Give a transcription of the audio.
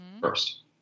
first